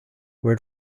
where